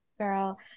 Girl